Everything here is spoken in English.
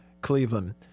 Cleveland